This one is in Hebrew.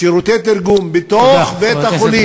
שירותי תרגום בתוך בית-החולים,